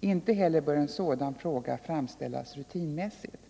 Inte heller bör en sådan fråga framställas rutinmässigt.